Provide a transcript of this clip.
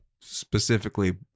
specifically